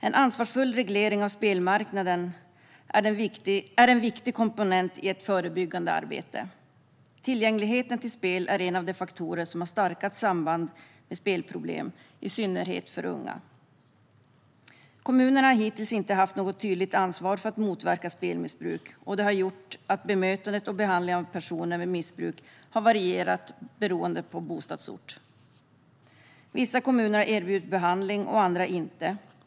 En ansvarsfull reglering av spelmarknaden är en viktig komponent i ett förebyggande arbete. Tillgängligheten till spel är en av de faktorer som har starkast samband med spelproblem, i synnerhet för unga. Kommunerna har hittills inte haft något tydligt ansvar för att motverka spelmissbruk. Det har gjort att bemötandet och behandlingen av personer med missbruk har varierat beroende på bostadsort. Vissa kommuner har erbjudit behandling och andra har inte gjort det.